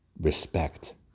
respect